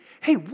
Hey